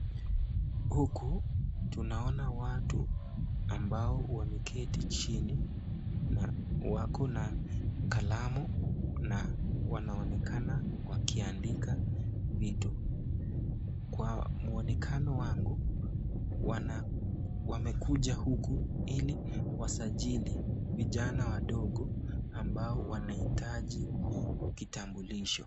Huku tunaona watu ambao wameketi chini na wako na kalamu na wanaonekana wakiandika vitu kwa mwonekano wangu wana wamekuja huku ili wasajali vijana wadogo ambao wanaitaji Kitambulisho.